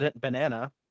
Banana